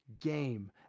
game